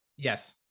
Yes